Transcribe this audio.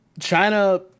China